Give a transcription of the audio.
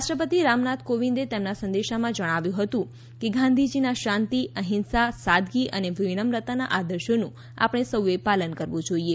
રાષ્ટ્રપતિ રામનાથ કોવિંદે તેમના સંદેશામાં જણાવ્યું કે ગાંધીજીના શાંતી અહિંસા સાદગી અને વિનંમ્રતાના આદર્શોનું આપણે સૌએ પાલન કરવું જોઇએ